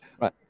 Right